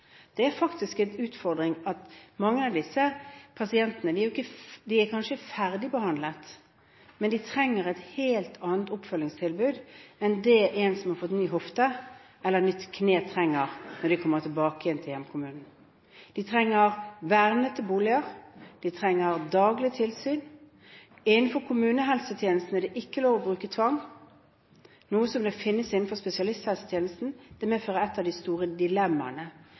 Det er faktisk en utfordring at mange av disse pasientene kanskje er ferdigbehandlet, men de trenger et helt annet oppfølgingstilbud enn det de som har fått ny hofte eller nytt kne trenger når de kommer tilbake til hjemkommunene. De trenger vernede boliger, og de trenger daglig tilsyn. Innenfor kommunehelsetjenesten er det ikke lov å bruke tvang, noe som finnes innenfor spesialisthelsetjenesten. Det medfører ett av de store dilemmaene.